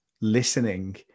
listening